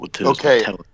Okay